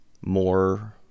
more